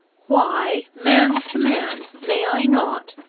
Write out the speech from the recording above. why, man to man, may i not,